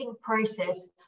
process